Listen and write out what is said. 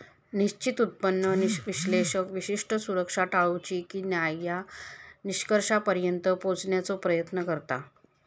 निश्चित उत्पन्न विश्लेषक विशिष्ट सुरक्षा टाळूची की न्हाय या निष्कर्षापर्यंत पोहोचण्याचो प्रयत्न करता